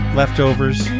leftovers